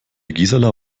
gisela